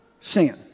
sin